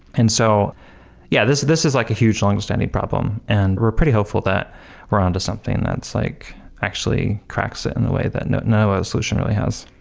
and so yeah, this this is like a huge long-standing problem, and we're pretty hopeful that we're on to something that's like actually cracks in a way that none none of other solution really has.